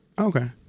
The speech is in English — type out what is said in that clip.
Okay